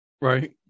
Right